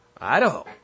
Idaho